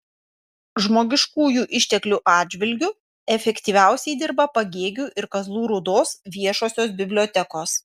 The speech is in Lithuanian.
žmogiškųjų išteklių atžvilgiu efektyviausiai dirba pagėgių ir kazlų rūdos viešosios bibliotekos